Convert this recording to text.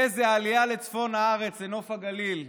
איזו עלייה לצפון הארץ, לנוף הגליל.